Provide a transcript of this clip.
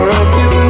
Rescue